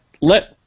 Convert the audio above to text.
let